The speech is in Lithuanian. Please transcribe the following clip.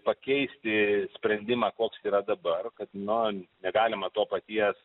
pakeisti sprendimą koks yra dabar kad na negalima to paties